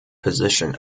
position